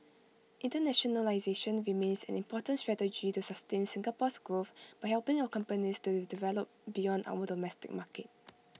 internationalisation remains an important strategy to sustain Singapore's growth by helping our companies to develop beyond our domestic market